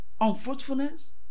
unfruitfulness